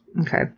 Okay